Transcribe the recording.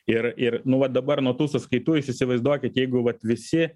ir ir nu va dabar nuo tų sąskaitų jūs įsivaizduokit jeigu vat visi